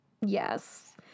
Yes